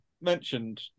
mentioned